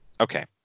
Okay